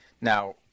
Now